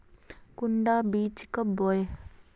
कुंडा बीज कब होबे?